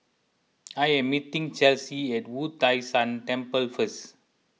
I am meeting Chelsea at Wu Tai Shan Temple first